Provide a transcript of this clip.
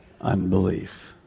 unbelief